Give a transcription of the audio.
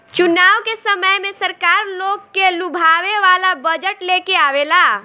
चुनाव के समय में सरकार लोग के लुभावे वाला बजट लेके आवेला